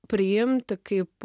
priimti kaip